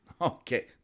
Okay